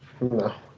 No